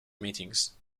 meetings